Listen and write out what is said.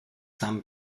some